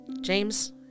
James